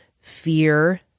fear